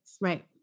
Right